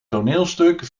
toneelstuk